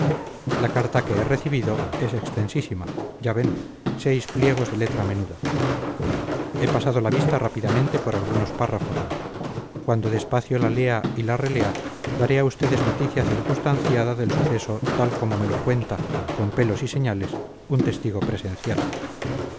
la carta que he recibido es extensísima ya ven seis pliegos de letra menuda he pasado la vista rápidamente por algunos párrafos cuando despacio la lea y la relea daré a ustedes noticia circunstanciada del suceso tal como me lo cuenta con pelos y señales un testigo presencial